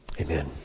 Amen